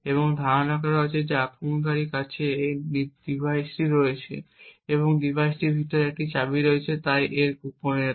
এবং ধারণা করা হচ্ছে আক্রমণকারীর কাছে এই ডিভাইসটি রয়েছে এবং এই ডিভাইসটির ভিতরে একটি চাবি রয়েছে তাই এই গোপনীয়তা